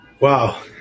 Wow